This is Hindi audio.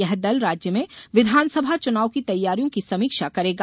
यह दल राज्य में विधानसभा चुनाव की तैयारियों की समीक्षा करेगा